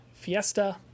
fiesta